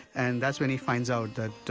and that's when he finds out that